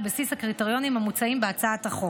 בסיס הקריטריונים המוצעים בהצעת החוק: